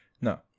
No